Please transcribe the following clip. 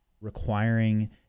requiring